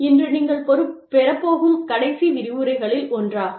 இன்று நீங்கள் பெறப்போகும் கடைசி விரிவுரைகளில் ஒன்றாகும்